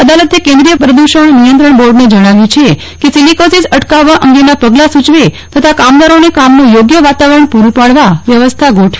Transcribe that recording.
અદાલતે કેન્દ્રીય પ્રદુષણ નિયંત્રણ બોર્ડને જણાવ્યું છે કે સિલિકોસીસ અટકાવવા અંગેના પગલાં સુચવે તથા કામદારોને કામનું યોગ્ય વાતાવરણ પુરૂ પાડવા વ્યવસ્થા ગોઠવે